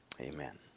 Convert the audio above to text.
Amen